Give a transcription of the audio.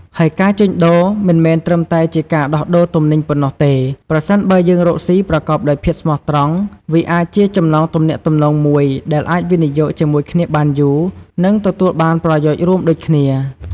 ហើយការជួញដូរមិនមែនត្រឹមតែជាការដោះដូរទំនិញប៉ុណ្ណោះទេ ប្រសិនបើយើងរកស៊ីប្រកបដោយភាពស្មោះត្រង់ វាអាចជាចំណងទំនាក់ទំនងមួយដែលអាចវិនិយោគជាមួយគ្នាបានយូរនិងទទួលបានផលប្រយោជន៍រួមដូចគ្នា។